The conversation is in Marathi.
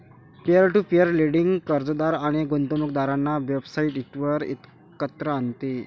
पीअर टू पीअर लेंडिंग कर्जदार आणि गुंतवणूकदारांना वेबसाइटवर एकत्र आणते